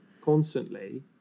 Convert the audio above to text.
constantly